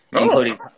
including